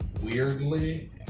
Weirdly